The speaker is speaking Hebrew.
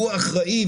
הוא אחראי.